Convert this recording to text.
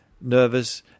nervous –